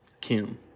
Kim